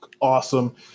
awesome